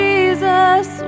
Jesus